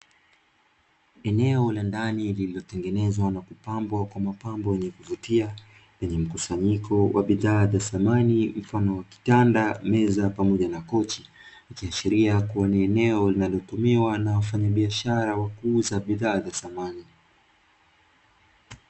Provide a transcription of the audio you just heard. Eneo la ndani lililotengenezwa na kupambwa kwa mapambo yenye kuvutia lenye mkusanyiko wa bidhaa za samani mfano wa kitanda, meza pamoja kochi ikiashiria kuwa ni eneo linalotumiwa na wafanyabiashara wa kuuza bidhaa za samani.